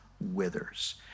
Withers